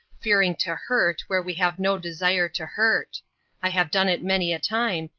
fearing to hurt where we have no desire to hurt i have done it many a time,